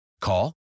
Call